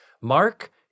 Mark